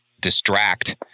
distract